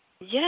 Yes